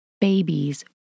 babies